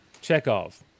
Chekhov